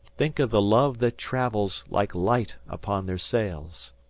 think of the love that travels like light upon their sails!